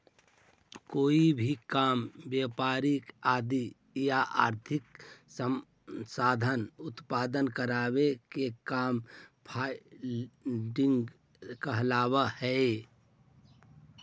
कोई काम व्यापार आदि ला आर्थिक संसाधन उपलब्ध करावे के काम फंडिंग कहलावऽ हई